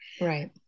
Right